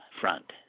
front